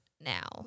now